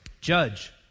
judge